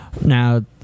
Now